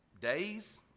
days